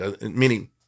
Meaning